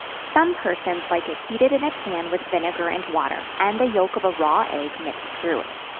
some persons like it heated in a pan with vinegar and water, and the yelk of a raw egg mixed through it.